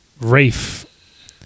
Rafe